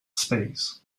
space